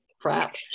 crap